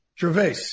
Gervais